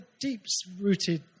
deep-rooted